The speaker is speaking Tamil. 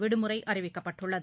விடுமுறை அறிவிக்கப்பட்டுள்ளது